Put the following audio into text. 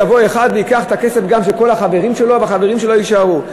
יבוא אחד וייקח את הכסף של כל החברים שלו והחברים שלו יישארו.